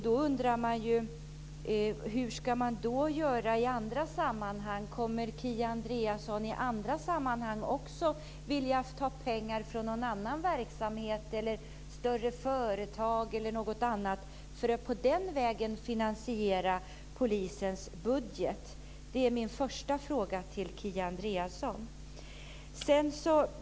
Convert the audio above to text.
Då undrar man ju hur man ska göra i andra sammanhang. Kommer Kia Andreasson då att vilja ta pengar från någon annan verksamhet eller större företag för att på den vägen finansiera polisens budget? Det är min första fråga till Kia Andreasson.